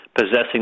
possessing